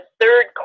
third